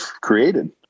created